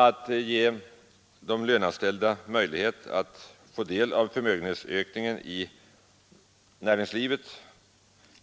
Att ge de löneanställda möjlighet att få del av förmögenhetsökningen inom näringslivet